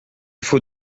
faut